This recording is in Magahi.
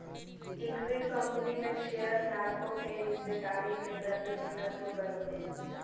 इक्विटी कंपनी में शेयरधारकों के हिस्सेदारी के प्रतिनिधित्व करो हइ